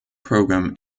program